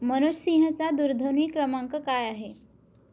मनोजसिंहचा दूरध्वनी क्रमांक काय आहे